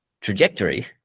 trajectory